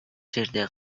жерде